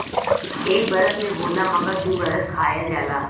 एक बरस में होला मगर दू बरस खायल जाला